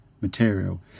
material